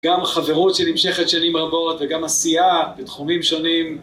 גם חברות שנמשכת שנים רבות וגם עשייה בתחומים שונים.